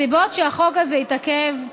הסיבות שהחוק הזה התעכב,